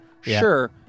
Sure